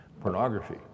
Pornography